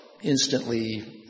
instantly